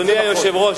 אדוני היושב-ראש,